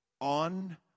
on